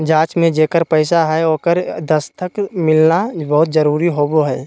जाँच में जेकर पैसा हइ ओकर दस्खत मिलना बहुत जरूरी होबो हइ